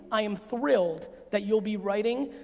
i am thrilled that you'll be writing,